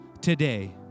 today